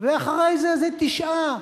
ואחרי זה, זה תשעה,